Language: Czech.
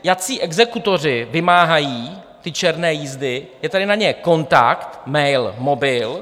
Jací exekutoři vymáhají černé jízdy, je tady na ně kontakt, mail, mobil.